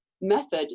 method